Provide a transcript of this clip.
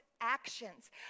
actions